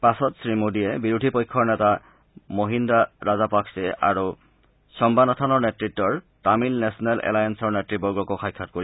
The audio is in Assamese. পাছত শ্ৰী মোদীয়ে বিৰোধী পক্ষৰ নেতা মহিন্দা ৰাজাপাকছে আৰু ছস্বানাথানৰ নেত্ৰত্ব তামিল নেছনেল এলায়েনছৰ নেত়বৰ্গকো সাক্ষাৎ কৰিব